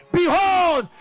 behold